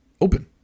open